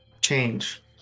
change